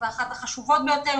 ואחת החשובות ביותר,